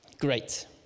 Great